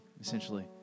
essentially